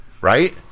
right